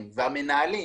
הם והמנהלים